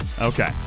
Okay